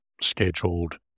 scheduled